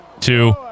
two